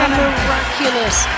miraculous